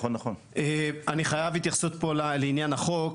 אני חייב התייחסות פה לעניין החוק.